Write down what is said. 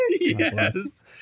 Yes